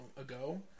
ago